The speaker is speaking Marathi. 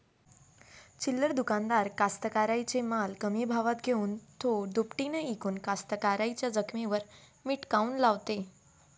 चिल्लर दुकानदार कास्तकाराइच्या माल कमी भावात घेऊन थो दुपटीनं इकून कास्तकाराइच्या जखमेवर मीठ काऊन लावते?